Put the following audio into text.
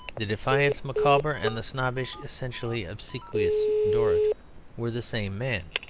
the defiant micawber and the snobbish, essentially obsequious dorrit were the same man.